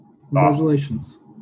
Congratulations